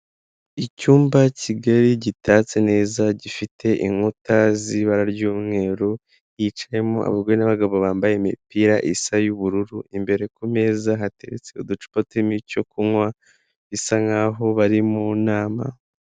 Icyumba kigari, gitatse neza, gifite inkuta z'ibara ry'umweru, hicayemo abagore n'abagabo bambaye imipira isa, y'ubururu, imbere ku meza hateretse uducupa turimo icyo kunywa, bisa nk'aho bari mu nama.